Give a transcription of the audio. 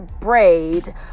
braid